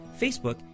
Facebook